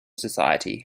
society